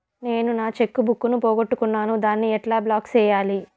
నేను నా cheque book ను పోగొట్టుకున్నాను దాన్ని ఎట్లా బ్లాక్ సేయాలి?